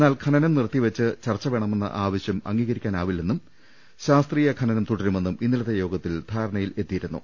എന്നാൽ ഖനനം നിർത്തിവെച്ച് ചർച്ച വേണമെന്ന ആവശ്യം അംഗീകരിക്കാനാവില്ലെന്നും ശാസ്ത്രീയ ഖനനം തുടരു മെന്നും ഇന്നലത്തെ യോഗത്തിൽ ധാരണയിലെത്തിയിരുന്നു